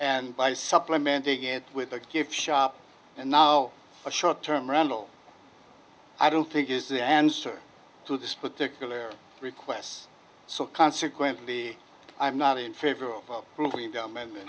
and by supplementing it with the gift shop and now a short term randall i don't think is the answer to this particular requests so consequently i'm not in favor of